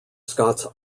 scots